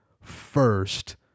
first